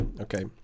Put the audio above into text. Okay